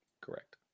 Correct